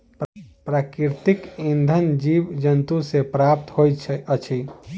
प्राकृतिक इंधन जीव जन्तु सॅ प्राप्त होइत अछि